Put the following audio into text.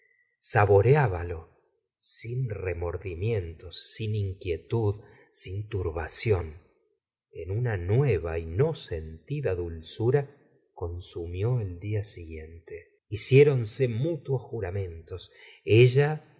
saboreábalo sin remordimientos sin inquietud sin turbación en una nueva y no sentida dulzura consumió el día siguiente hiciéronse mutuos juramentos ella